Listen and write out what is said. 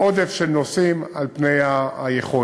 עודף של נוסעים לעומת היכולת.